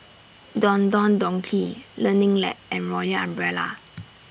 Don Don Donki Learning Lab and Royal Umbrella